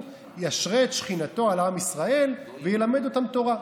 ישרה את שכינתו על עם ישראל וילמד אותם תורה.